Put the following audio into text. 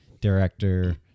director